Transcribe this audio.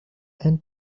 and